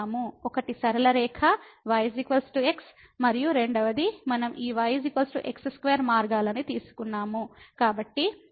ఒకటి సరళ రేఖ y x మరియు రెండవది మనం ఈ y x2 మార్గాలను తీసుకున్నాము